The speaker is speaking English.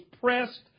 pressed